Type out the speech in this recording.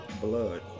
blood